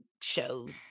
shows